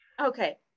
Okay